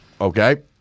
Okay